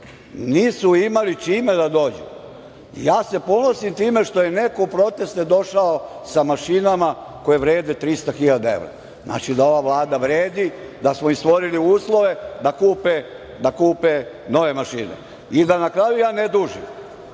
Nisu imali čime da dođu. Ja se ponosim time što je neko u proteste došao sa mašinama koje vrede 300.000 evra. Znači da ova Vlada vredi, da smo im stvorili uslove da kupe nove mašine. Da na kraju ja ne dužim,